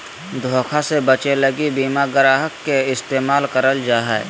धोखा से बचे लगी बीमा ग्राहक के इस्तेमाल करल जा हय